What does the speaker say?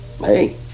hey